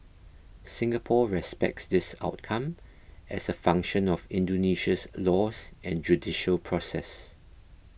Singapore respects this outcome as a function of Indonesia's laws and judicial process